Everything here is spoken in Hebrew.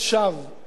זה לעג לרש.